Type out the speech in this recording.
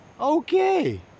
Okay